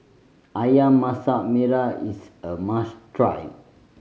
Ayam Masak Merah is a must try